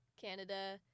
Canada